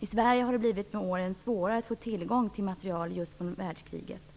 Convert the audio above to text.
I Sverige har det med åren blivit svårare att få tillgång till material just från andra världskriget.